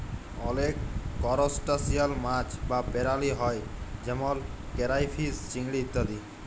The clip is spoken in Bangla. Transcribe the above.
অলেক করসটাশিয়াল মাছ বা পেরালি হ্যয় যেমল কেরাইফিস, চিংড়ি ইত্যাদি